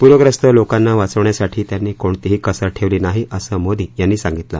पूरग्रस्त लोकांना वाचवण्यासाठी त्यांनी कोणतीही कसर ठेवली नाही असं मोदी यांनी सांगितलं